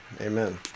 Amen